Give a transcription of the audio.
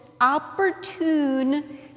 opportune